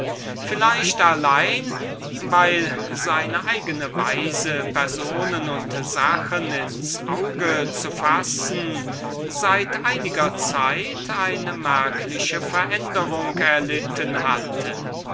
vielleicht allein weil seine art personen und sachen ins auge zu fassen seit einiger zeit eine merkliche veränderung erlitten hatte